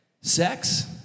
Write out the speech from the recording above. sex